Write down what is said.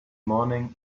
morning